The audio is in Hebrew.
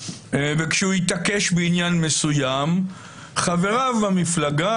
וכשהוא התעקש בעניין מסוים חבריו במפלגה